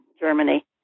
Germany